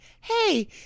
hey